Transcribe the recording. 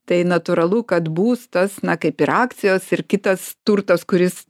tai natūralu kad būstas na kaip ir akcijos ir kitas turtas kuris